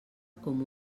com